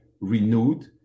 renewed